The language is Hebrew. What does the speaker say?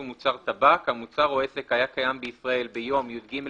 מוצר טבק המוצר או העסק היה קיים בישראל ביום י"ג